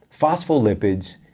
Phospholipids